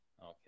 Okay